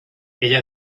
ella